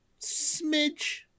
smidge